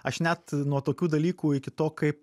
aš net nuo tokių dalykų iki to kaip